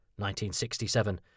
1967